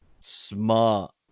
smart